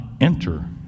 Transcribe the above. enter